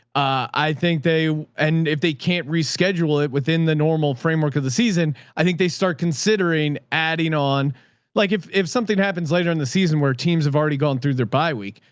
i think they, and if they can't reschedule it within the normal framework of the season, i think they start considering adding on like, if, if something happens later in the season where teams have already gone through their bi-week,